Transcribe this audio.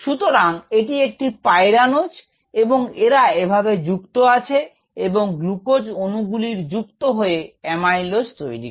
সুতরাং এটি একটি পাইরানোজ এবং এরা এভাবে যুক্ত আছে এবং গ্লুকোজ অনুগুলির যুক্ত হয়ে এমাইলোজ তৈরি করে